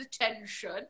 attention